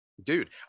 dude